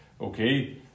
Okay